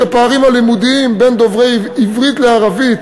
הפערים הלימודיים בין דוברי עברית לערבית